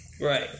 Right